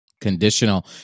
Conditional